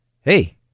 Hey